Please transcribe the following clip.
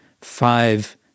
five